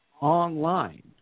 online